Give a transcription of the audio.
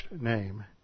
name